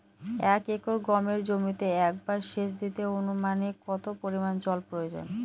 এক একর গমের জমিতে একবার শেচ দিতে অনুমানিক কত পরিমান জল প্রয়োজন?